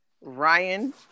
Ryan